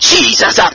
Jesus